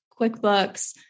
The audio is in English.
QuickBooks